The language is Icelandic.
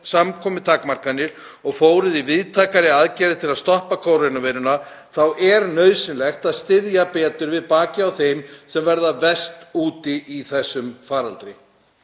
samkomutakmarkanir og fóruð í víðtækari aðgerðir til að stoppa kórónuveiruna þá er nauðsynlegt að styðja betur við bakið á þeim sem verða verst úti í þessum faraldri.